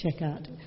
checkout